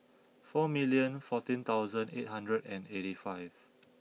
four million fourteen thousand eight hundred and eighty five